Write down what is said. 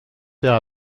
faire